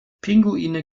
pinguine